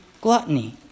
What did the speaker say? gluttony